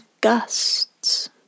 gusts